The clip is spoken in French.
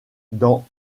dans